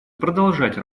продолжать